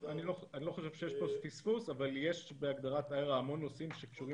אני לא חושב שיש כאן פספוס אבל יש בהגדרת איירה המון נושאים שקשורים